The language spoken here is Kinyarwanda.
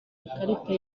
ikarita